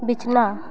ᱵᱤᱪᱷᱱᱟ